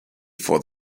for